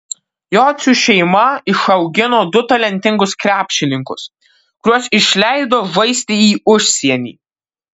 jocių šeima išaugino du talentingus krepšininkus kuriuos išleido žaisti į užsienį